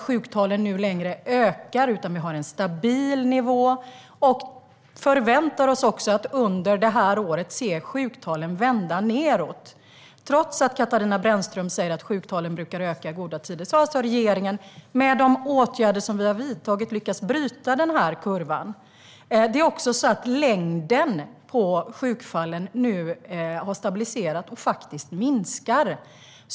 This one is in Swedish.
Sjuktalen ökar inte längre, utan vi har en stabil nivå och förväntar oss också att under det här året se sjuktalen vända nedåt. Trots att Katarina Brännström säger att sjuktalen brukar öka i goda tider har alltså regeringen med de åtgärder som vi har vidtagit lyckats bryta denna kurva. Längden på sjukfallen har nu också stabiliserats och minskar faktiskt.